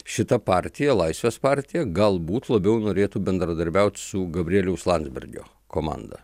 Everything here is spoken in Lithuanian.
šita partija laisvės partija galbūt labiau norėtų bendradarbiaut su gabrieliaus landsbergio komanda